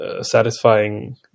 satisfying